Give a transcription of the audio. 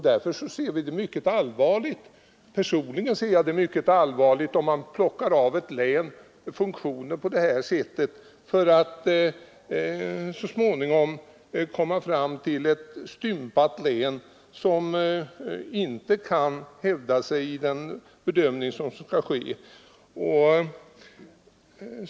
Personligen ser jag det som mycket allvarligt att man plockar av ett län funktioner på det här sättet, så att länet småningom blir stympat och inte kommer att kunna hävda sig vid den bedömning som sedan skall göras.